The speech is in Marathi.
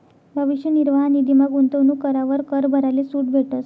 भविष्य निर्वाह निधीमा गूंतवणूक करावर कर भराले सूट भेटस